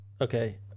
okay